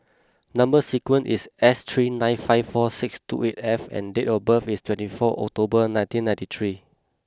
number sequence is S three nine five four six two eight F and date of birth is twenty four October nineteen ninety three